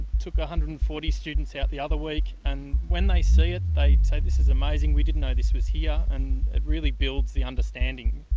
took one ah hundred and forty students out the other week, and when they see it they say, this is amazing, we didn't know this was here and it really builds the understanding,